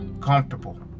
comfortable